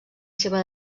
seva